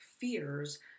fears